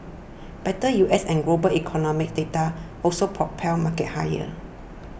better U S and global economic data also propelled markets higher